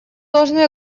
должны